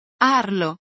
Arlo